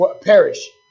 perish